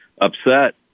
upset